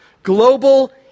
Global